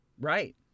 Right